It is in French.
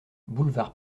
boulevard